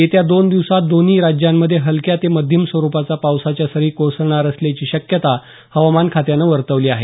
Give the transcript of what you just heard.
येत्या दोन दिवसांत दोन्ही राज्यांमध्ये हलक्या ते मध्यम स्वरुपाच्या पावसाच्या सरी कोसळणार असल्याची शक्यता हवामान खात्यानं वर्तविली आहे